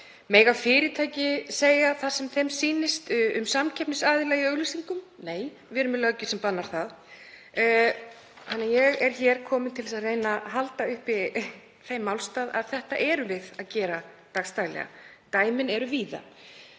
Mega fyrirtæki segja það sem þeim sýnist um samkeppnisaðila í auglýsingum? Nei, við erum með löggjöf sem bannar það. Ég er hér komin til að reyna að halda uppi þeim málstað að þetta gerum við dagsdaglega. Dæmin eru víða.